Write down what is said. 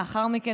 לאחר מכן,